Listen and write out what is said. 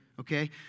Okay